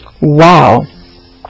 Wow